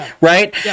Right